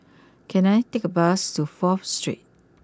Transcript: can I take a bus to fourth Street